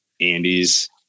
Andy's